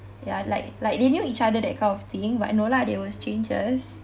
ya like like they knew each other that kind of thing but no lah they were strangers